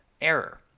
error